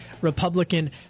Republican